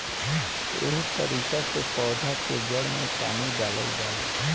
एहे तरिका से पौधा के जड़ में पानी डालल जाला